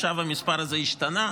ועכשיו מספר הזה השתנה.